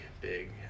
big